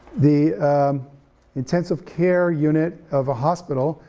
the intensive care unit of a hospital.